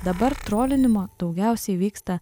dabar trolinimo daugiausiai vyksta